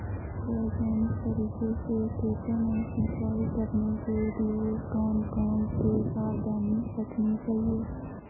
वैज्ञानिक तरीके से खेतों में सिंचाई करने के लिए कौन कौन सी सावधानी रखनी चाहिए?